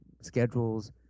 schedules